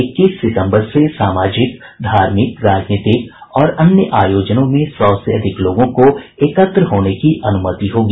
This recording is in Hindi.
इक्कीस सितम्बर से सामाजिक धार्मिक राजनीतिक और अन्य आयोजनों में सौ से अधिक लोगों को एकत्र होने की अनुमति होगी